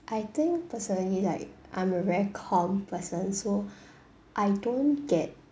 I think personally like I'm a very calm person so I don't get